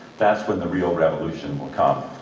that's when the real revolution will come,